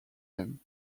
them